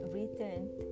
returned